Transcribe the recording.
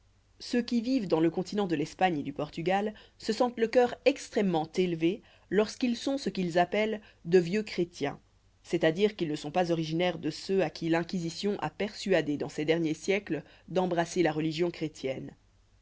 ceux qui vivent dans le continent de l'espagne et du portugal se sentent le cœur extrêmement élevé lorsqu'ils sont ce qu'ils appellent de vieux chrétiens c'est-à-dire qu'ils ne sont pas originaires de ceux à qui l'inquisition a persuadé dans ces derniers siècles d'embrasser la religion chrétienne